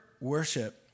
worship